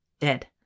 dead